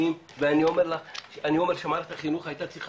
ואני אומר שמערכת החינוך הייתה צריכה